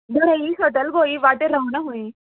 बरें ही शटल गो ती वाटेर रावना खंयी